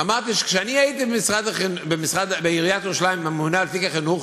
אמרתי שכשאני הייתי בעיריית ירושלים הממונה על תיק החינוך,